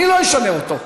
אני לא אשנה אותו.